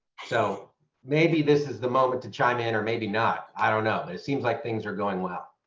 so maybe this is the moment to chime in or maybe not. i don't know it seems like things are going well.